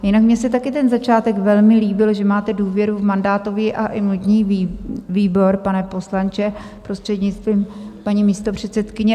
Jinak mně se taky ten začátek velmi líbil, že máte důvěru v mandátový a imunitní výbor, pane poslanče, prostřednictvím paní místopředsedkyně.